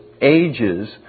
ages